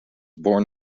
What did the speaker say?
born